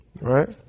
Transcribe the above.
Right